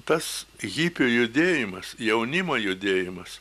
tas hipių judėjimas jaunimo judėjimas